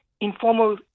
informal